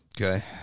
okay